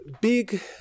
big